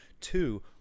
Two